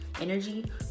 energy